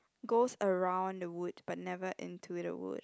goes around the wood but never into the wood